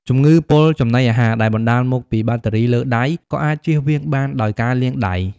ជំងឺពុលចំណីអាហារ ដែលបណ្តាលមកពីបាក់តេរីលើដៃ ក៏អាចចៀសវាងបានដោយការលាងដៃ។